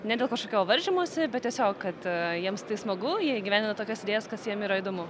ne dėl kažkokio varžymosi bet tiesiog kad jiems tai smagu jie įgyvendina tokias idėjas kas jiem yra įdomu